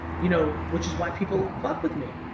you know which is why people fuck with me.